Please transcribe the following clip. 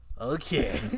Okay